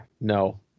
no